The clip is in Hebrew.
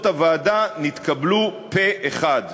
שהמלצות הוועדה נתקבלו פה-אחד.